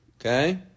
Okay